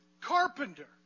carpenter